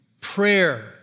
Prayer